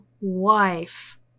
wife